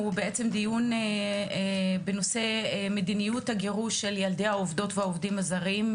הוא בעצם דיון בנושא מדיניות הגירוש של ילדי העובדות והעובדים הזרים,